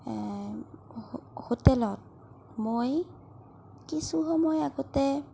আপোনালোকৰ হোটেলত মই কিছুসময় আগতে